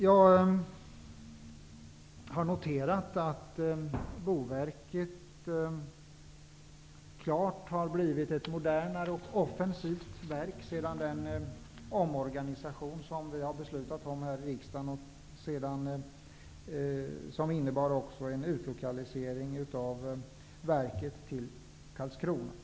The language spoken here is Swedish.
Jag har noterat att Boverket har blivit ett modernare och offensivare verk sedan den omorganisation som riksdagen fattade beslut om skedde. Den innebar också en utlokalisering av verket till Karlskrona.